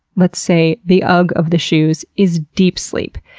let's say the ugg of the shoes, is deep sleep.